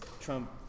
Trump